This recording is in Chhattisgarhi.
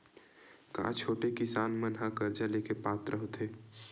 का छोटे किसान मन हा कर्जा ले के पात्र होथे?